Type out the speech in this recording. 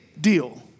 deal